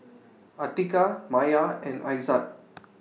Atiqah Maya and Aizat